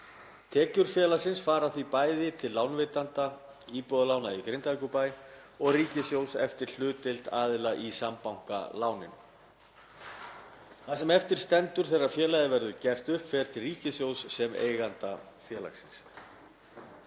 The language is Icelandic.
Tekjur félagsins fara því bæði til lánveitenda íbúðalána í Grindavíkurbæ og ríkissjóðs eftir hlutdeild aðila í sambankaláninu. Það sem eftir stendur þegar félagið verður gert upp fer til ríkissjóðs sem eiganda félagsins.